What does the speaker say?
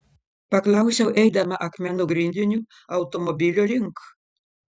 paklausiau eidama akmenų grindiniu automobilio link